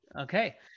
Okay